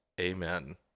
Amen